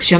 ലക്ഷം